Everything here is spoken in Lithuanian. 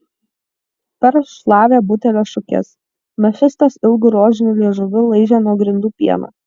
perl šlavė butelio šukes mefistas ilgu rožiniu liežuviu laižė nuo grindų pieną